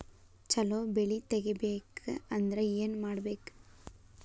ಛಲೋ ಬೆಳಿ ತೆಗೇಬೇಕ ಅಂದ್ರ ಏನು ಮಾಡ್ಬೇಕ್?